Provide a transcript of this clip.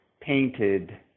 painted